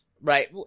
Right